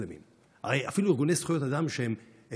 זאת הייתה השאלה הראשונה שנשאלתי,